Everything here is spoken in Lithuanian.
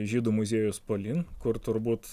žydų muziejus polin kur turbūt